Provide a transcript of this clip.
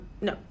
no